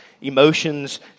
emotions